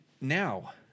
Now